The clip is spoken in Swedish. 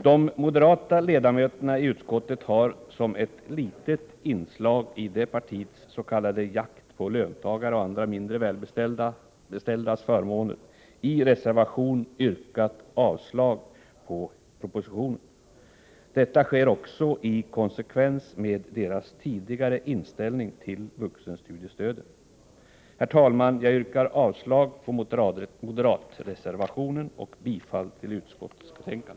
De moderata ledamöterna i utskottet har som ett litet inslag i partiets s.k. jakt på löntagares och andra mindre välbeställdas förmåner i en reservation yrkat avslag på propositionen. Detta sker också i konsekvens med moderaternas tidigare inställning till vuxenstudiestöden. Herr talman! Jag yrkar avslag på moderatreservationen och bifall till utskottets hemställan.